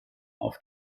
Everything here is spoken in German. auf